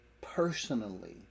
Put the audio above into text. personally